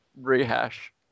rehash